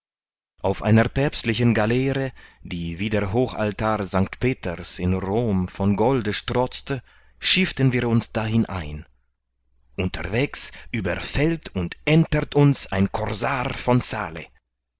auf einer päpstlichen galeere die wie der hochaltar sanct peters in rom von golde strotzte schifften wir uns dahin ein unterwegs überfällt und entert uns ein korsar von